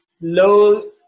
low